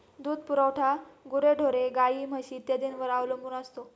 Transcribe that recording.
दूध पुरवठा गुरेढोरे, गाई, म्हशी इत्यादींवर अवलंबून असतो